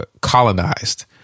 colonized